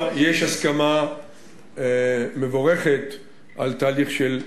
הסכמה מבורכת על תהליך של גישור,